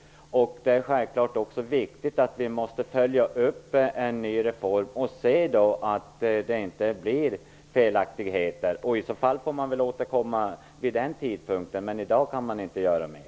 Det är självfallet också viktigt att vi följer upp en ny reform och ser till att det inte blir felaktigheter. I så fall får man återkomma vid en senare tidpunkt. Men i dag kan man inte göra mer.